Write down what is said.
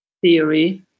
theory